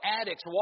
addicts